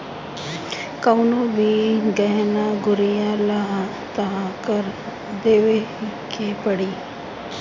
कवनो भी गहना गुरिया लअ तअ कर देवही के पड़ी